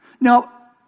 Now